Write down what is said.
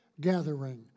gathering